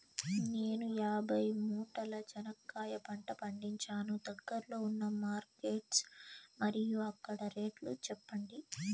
నేను యాభై మూటల చెనక్కాయ పంట పండించాను దగ్గర్లో ఉన్న మార్కెట్స్ మరియు అక్కడ రేట్లు చెప్పండి?